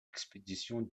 expédition